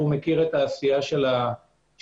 והוא מכיר את העשייה של המשטרה,